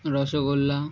rasgulla